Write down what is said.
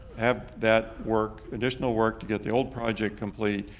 have that work, additional work to get the old project complete,